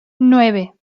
nueve